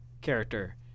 character